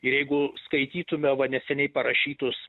ir jeigu skaitytume va neseniai parašytus